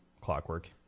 clockwork